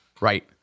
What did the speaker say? Right